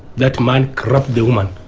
that man grabbed the woman,